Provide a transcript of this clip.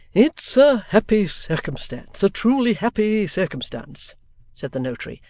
it's a happy circumstance, a truly happy circumstance said the notary,